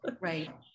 Right